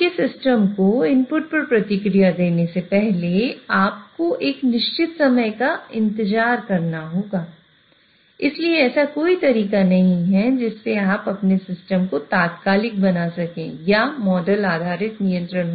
आपके सिस्टम को इनपुट पर प्रतिक्रिया देने से पहले आपको एक निश्चित समय तक इंतजार करना होगा इसलिए ऐसा कोई तरीका नहीं है जिससे आप अपने सिस्टम को तात्कालिक बना सकें या मॉडल आधारित नियंत्रण